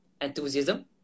enthusiasm